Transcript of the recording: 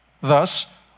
Thus